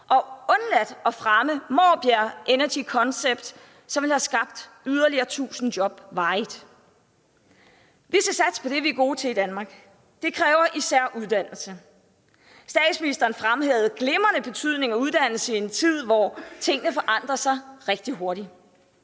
har undladt at fremme Maabjerg Energy Concept, som ville have skabt yderligere 1.000 job varigt. Vi skal satse på det, vi er gode til i Danmark. Det kræver især uddannelse. Statsministeren fremhævede glimrende betydningen af uddannelse i en tid, hvor tingene forandrer sig rigtig hurtigt.